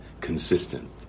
consistent